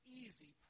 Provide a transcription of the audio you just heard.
easy